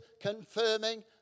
confirming